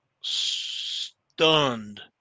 stunned